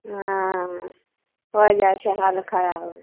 हँ हो जाइ छै हालत खराब